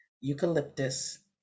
eucalyptus